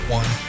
one